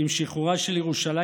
עם שחרורה של ירושלים,